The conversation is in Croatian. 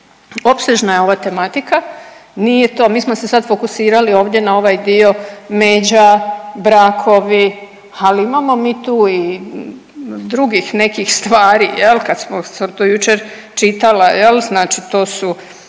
opsežna je ova tematika, nije to, mi smo se sad fokusirali ovdje na ovaj dio međa, brakovi, ali imamo mi tu i drugih nekih stvari, je li, kad smo sad to jučer čitala, je li, znači to su